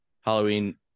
Halloween